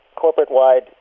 corporate-wide